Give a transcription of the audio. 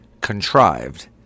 contrived